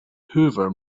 hoover